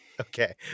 Okay